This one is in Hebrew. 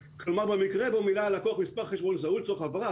במקרה בו מילא הלקוח מספר חשבון לצורך העברה,